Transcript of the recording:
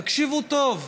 תקשיבו טוב,